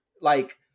like-